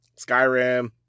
Skyrim